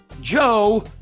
Joe